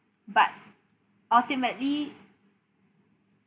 but ultimately